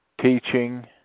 teaching